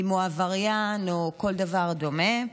אם הוא עבריין או כל דבר דומה,